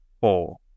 four